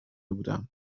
بودم